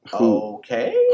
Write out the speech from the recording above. Okay